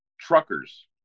truckers